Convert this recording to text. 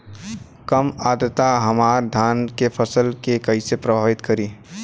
कम आद्रता हमार धान के फसल के कइसे प्रभावित करी?